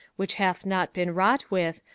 which hath not been wrought with,